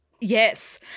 Yes